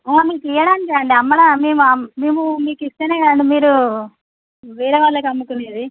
morning తీయడానికి కాదండి అమ్మడాన్కి మేము మేము మీకు ఇస్తేనే కదండి మీరు వేరేవాళ్ళకి అమ్ముకునేది